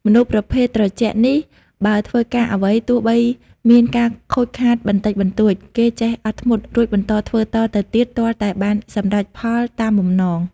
មនុស្សប្រភេទត្រជាក់នេះ បើធ្វើការអ្វី ទោះបីមានការខូចខាតបន្តិចបន្តួច គេចេះអត់ធ្មត់រួចបន្តធ្វើតទៅទៀតទាល់តែបានសម្រេចផលតាមបំណង ។